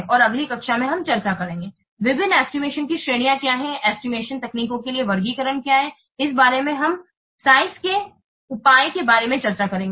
और अगली कक्षा में हम चर्चा करेंगे विभिन्न एस्टिमेशन की श्रेणियां क्या हैं एस्टिमेशन तकनीकों के लिए वर्गीकरण क्या हैं इस बारे में हम आकार के उपाय के बारे में चर्चा करेंगे